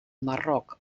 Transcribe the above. marroc